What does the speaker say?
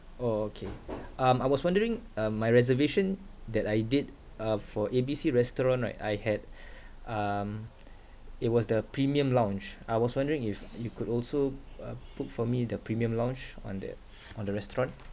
orh okay um I was wondering uh my reservation that I did uh for A B C restaurant right I had um it was the premium lounge I was wondering if you could also uh book for me the premium lounge on that on the restaurant